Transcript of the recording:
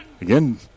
Again